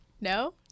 No